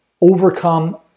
overcome